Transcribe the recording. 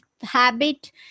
habit